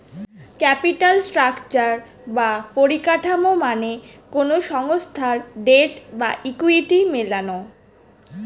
capital structure বা পরিকাঠামো মানে কোনো সংস্থার ডেট এবং ইকুইটি মেলানো